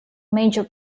major